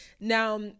Now